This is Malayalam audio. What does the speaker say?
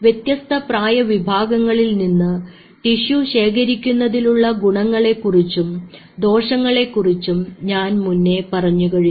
വ്യത്യസ്ത പ്രായ വിഭാഗങ്ങളിൽ നിന്ന് ടിഷ്യു ശേഖരിക്കുന്നതിലുള്ള ഗുണങ്ങളെ കുറിച്ചും ദോഷങ്ങളെ കുറിച്ചും ഞാൻ മുന്നേ പറഞ്ഞുകഴിഞ്ഞു